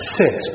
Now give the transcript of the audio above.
six